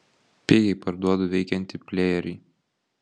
pigiai parduodu veikiantį plejerį